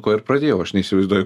kuo ir pradėjau aš neįsivaizduoju